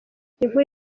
inkuru